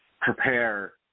prepare